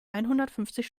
einhundertfünfzig